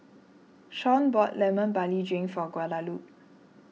Sean bought Lemon Barley Drink for Guadalupe